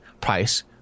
price